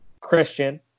Christian